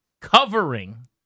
covering